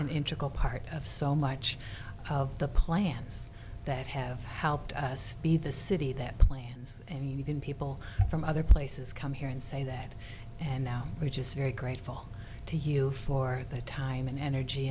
an intricate part of so much of the plans that have helped us be the city that plans and even people from other places come here and say that and now we're just very grateful to you for the time and energy